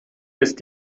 ist